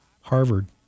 Harvard